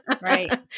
Right